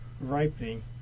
Ripening